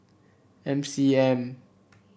M C M